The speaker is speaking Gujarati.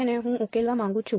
જેને હું ઉકેલવા માંગુ છું